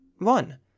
one